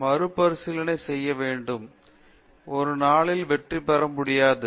நாம் மறுபரிசீலனை செய்ய வேண்டும் ஒரு நாளில் வெற்றி பெற முடியாது